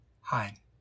Hi